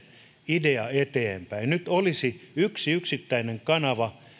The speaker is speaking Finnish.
idea eteenpäin nyt olisi yksi yksittäinen kanava